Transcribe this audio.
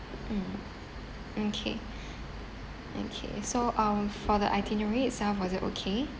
mm okay okay so um for the itinerary itself was it okay